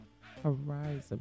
Horizon